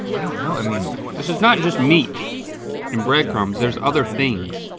i don't know, i mean this is not just meat and bread crumbs, there's other things.